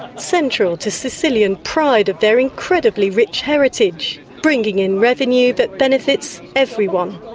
central to sicilian pride of their incredibly rich heritage, bringing in revenue that benefits everyone.